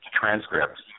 transcripts